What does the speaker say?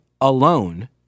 alone